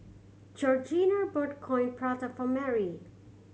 Georgina bought Coin Prata for Marry